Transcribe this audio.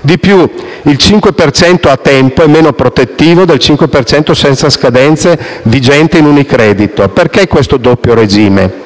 Di più, il 5 per cento a tempo è meno protettivo del 5 per cento senza scadenze di Unicredit. Perché questo doppio regime?